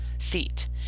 feet